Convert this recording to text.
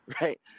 right